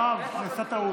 יואב, נעשתה טעות.